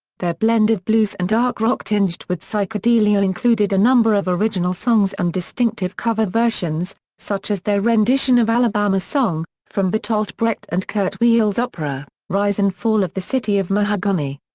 their blend of blues and dark rock tinged with psychedelia included a number of original songs and distinctive cover versions, such as their rendition of alabama song, from bertolt brecht and kurt weill's opera, rise and fall of the city of mahagonny.